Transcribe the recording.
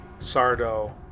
Sardo